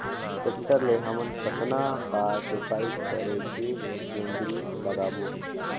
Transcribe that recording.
Tractor ले हमन कतना बार जोताई करेके जोंदरी लगाबो?